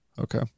Okay